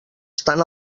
estan